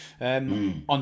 on